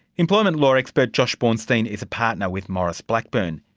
employment law expert josh bornstein is a partner with maurice blackburn.